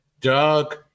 Doug